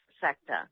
sector